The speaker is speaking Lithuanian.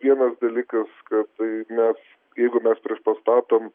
vienas dalykas kad tai mes jeigu mes prieš pastatom